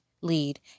lead